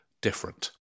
different